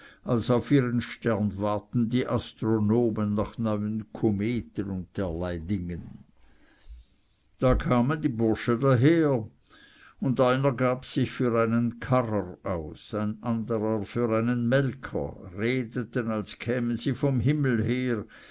als auf ihren sternwarten die astronomen nach neuen kometen und derlei dingen da kamen die bursche daher und einer gab sich für einen karrer aus ein anderer für einen melker redeten als kämen sie vom himmel her